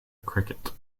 cricket